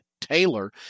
Taylor